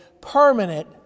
permanent